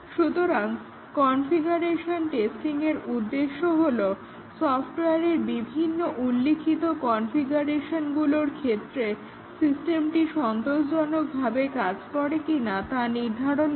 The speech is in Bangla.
সুতরাং কনফিগারেশন টেস্টিংয়ের উদ্দেশ্য হলো সফটওয়্যারের বিভিন্ন উল্লিখিত কনফিগারেশনগুলোর ক্ষেত্রে সিস্টেমটি সন্তোষজনকভাবে কাজ করে কিনা তা নির্ধারণ করা